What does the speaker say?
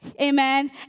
Amen